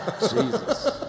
Jesus